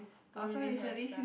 don't really have sia